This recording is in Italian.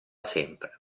sempre